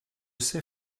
sait